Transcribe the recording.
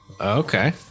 okay